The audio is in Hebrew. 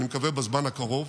אני מקווה בזמן הקרוב.